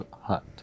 hot